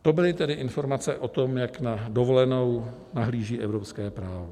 To byly tedy informace o tom, jak na dovolenou nahlíží evropské právo.